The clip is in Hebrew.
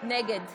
נגד